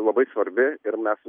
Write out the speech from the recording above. labai svarbi ir mes